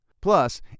Plus